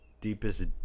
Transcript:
deepest